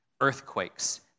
earthquakes